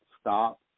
stop